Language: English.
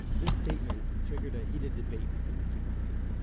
this statement triggered a heated debate within the kibbutzim.